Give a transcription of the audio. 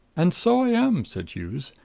and so i am, said hughes.